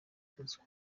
afunzwe